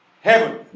heaven